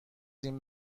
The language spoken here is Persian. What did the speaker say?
این